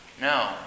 No